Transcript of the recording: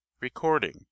Recording